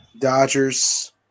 Dodgers